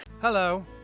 hello